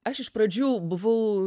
aš iš pradžių buvau